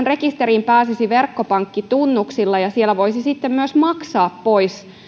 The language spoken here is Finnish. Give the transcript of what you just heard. rekisteriin pääsisi verkkopankkitunnuksilla ja siellä voisi sitten myös maksaa pois